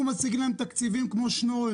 אנחנו משיגים להם תקציבים כמו שנוררים.